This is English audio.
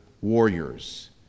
warriors